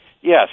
Yes